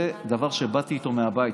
זה דבר שבאתי איתו מהבית.